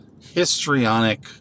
histrionic